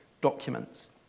documents